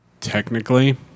Technically